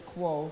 Quo